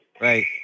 Right